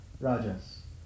rajas